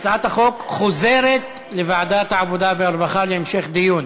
הצעת החוק חוזרת לוועדת העבודה והרווחה להמשך דיון.